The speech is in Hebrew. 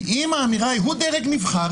אם האמירה היא הוא דרג נבחר,